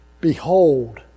Behold